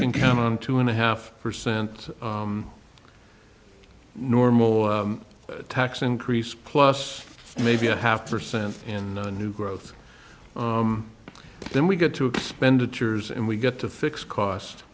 can count on two and a half percent normal tax increase plus maybe a half percent in the new growth then we get to expenditures and we get to fix cost